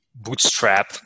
bootstrap